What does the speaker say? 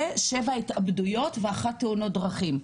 ושבע התאבדויות ואחד תאונת דרכים.